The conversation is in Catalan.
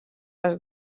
les